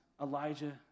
Elijah